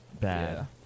bad